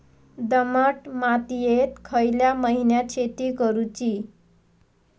दमट मातयेत खयल्या महिन्यात शेती करुची?